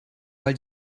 weil